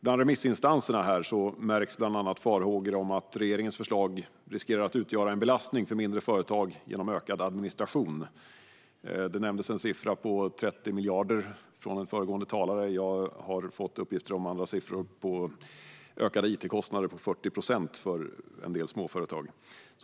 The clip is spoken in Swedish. Hos remissinstanserna märks bland annat farhågor om att regeringens förslag riskerar att utgöra en belastning för mindre företag genom ökad administration. En siffra på 30 miljoner nämndes av en föregående talare. Jag har fått uppgifter om ökade it-kostnader på 40 procent för en del småföretag.